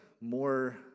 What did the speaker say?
more